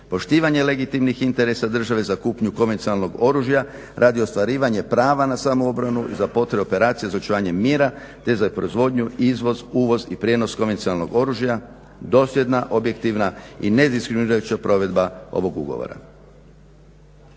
poštivanje legitimnih interesa države za kupnju komercijalnog oružja radi ostvarivanja prava na samoobranu, za potrebe operacije za očuvanje mira te za proizvodnju izvoz, uvoz i prijenos komercijalnog oružja dosljedna, objektivna i nediskriminirajuća provedba ovog ugovora.